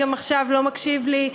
גם עכשיו לא מקשיב לי,